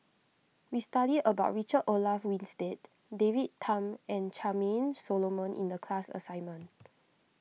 we studied about Richard Olaf Winstedt David Tham and Charmaine Solomon in the class assignment